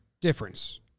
difference